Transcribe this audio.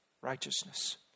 righteousness